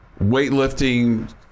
weightlifting